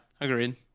agreed